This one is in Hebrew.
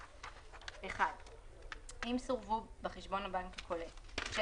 שאולי יעבור פעמיים עשוי להיות מקרה קיצון